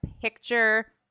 picture